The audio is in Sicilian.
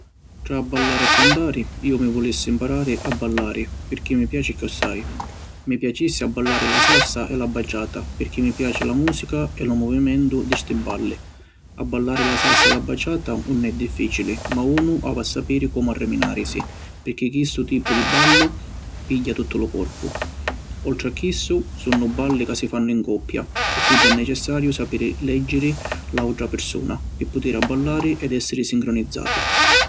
Tra abballari e cantari, iu mi vulissi mparari a ballari pirchì mi piaci chiossai. Mi piacissi abballari la Salsa e la Bachata pirchì mi piaci la musica e lu movimentu di ‘sti balli. Abballari la Salsa e la Bachata ‘un è difficili ma unu havi a sapiri comu arriminarisi, pirchì chissu tipu di ballu pigghia tuttu lu corpu. Oltri a chissu, sunnu balli ca si fannu in coppia e quindi è necessariu sapiri “leggiri” la autra pirsuna pi putiri abballari ed essiri sincronizzati.